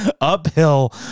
uphill